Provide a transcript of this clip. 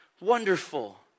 wonderful